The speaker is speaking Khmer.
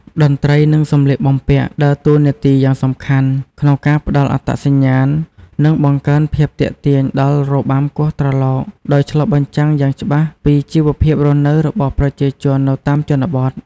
តន្ត្រី និងសម្លៀកបំពាក់ ដើរតួនាទីយ៉ាងសំខាន់ក្នុងការផ្តល់អត្តសញ្ញាណ និងបង្កើនភាពទាក់ទាញដល់របាំគោះត្រឡោក ដោយឆ្លុះបញ្ចាំងយ៉ាងច្បាស់ពីជីវភាពរស់នៅរបស់ប្រជាជននៅតាមជនបទ។